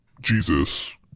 Jesus